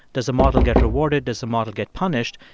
does the model get rewarded? does the model get punished?